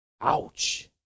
Ouch